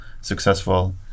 successful